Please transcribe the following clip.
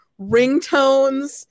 Ringtones